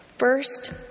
First